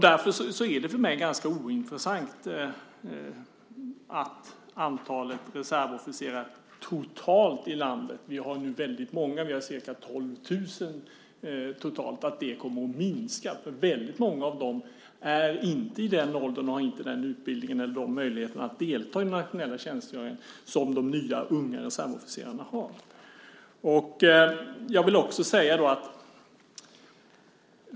Därför är det för mig ganska ointressant att antalet reservofficerare totalt i landet - vi har ju ca 12 000 totalt - kommer att minska. Väldigt många av dem är inte i den åldern och har inte den utbildningen eller de möjligheterna att delta i internationell tjänstgöring som de nya unga reservofficerarna har.